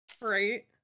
Right